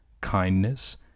kindness